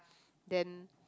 then